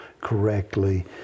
correctly